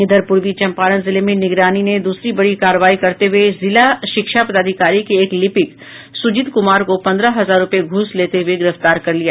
इधर पूर्वी चंपारण जिले में निगरानी ने दूसरी बड़ी कार्रवाई करते हुए जिला शिक्षा पदाधिकारी के एक लिपिक सुजीत कुमार को पंद्रह हजार रुपये घूस लेते हुए गिरफ्तार कर लिया